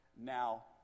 Now